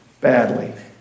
badly